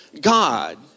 God